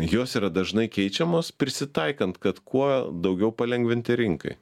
jos yra dažnai keičiamos prisitaikant kad kuo daugiau palengvinti rinkai